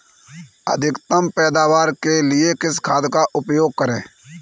अधिकतम पैदावार के लिए किस खाद का उपयोग करें?